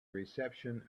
reception